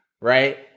Right